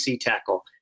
tackle